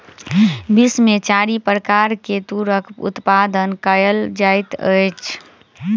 विश्व में चारि प्रकार के तूरक उत्पादन कयल जाइत अछि